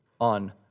on